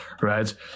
right